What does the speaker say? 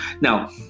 Now